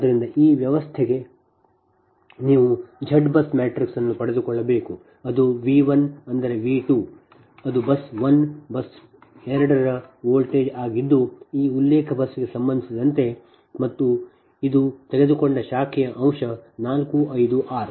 ಆದ್ದರಿಂದ ಈ ವ್ಯವಸ್ಥೆಗೆ ನೀವು Z BUS ಮ್ಯಾಟ್ರಿಕ್ಸ್ ಅನ್ನು ಪಡೆದುಕೊಳ್ಳಬೇಕು ಅದು V 1 ಅಂದರೆ V 2 ಅದು ಆ ಬಸ್ 1 ಬಸ್ 2 ರ ವೋಲ್ಟೇಜ್ ಆಗಿದ್ದು ಈ ಉಲ್ಲೇಖ ಬಸ್ಗೆ ಸಂಬಂಧಿಸಿದಂತೆ ಮತ್ತು ಇದು ನಾವು ತೆಗೆದುಕೊಂಡ ಶಾಖೆಯ ಅಂಶ 4 5 6